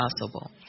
possible